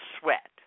sweat